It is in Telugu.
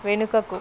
వెనుకకు